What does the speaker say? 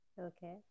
Okay